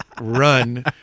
run